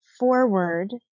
forward